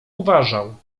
uważał